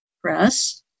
Press